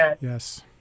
yes